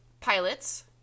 pilots